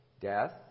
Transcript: death